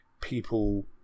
people